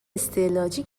استعلاجی